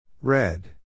Red